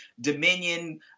Dominion